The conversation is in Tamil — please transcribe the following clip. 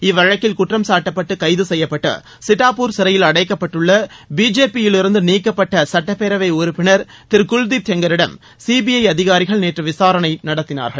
இவ்வழக்கில் குற்றம்சாட்டப்பட்டு கைது கெய்யப்பட்டு சிட்டாப்பூர் சிறையில் அடைக்கப்பட்டுள்ள பிஜேபியிலிருந்து நீக்கப்பட்ட சுட்டப்பேரவை உறுப்பினர் திரு குல்தீப் செங்கரிடம் சீபிஐ அதிகாரிகள் நேற்று விசாரணை நடத்தினார்கள்